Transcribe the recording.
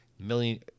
million